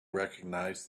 recognize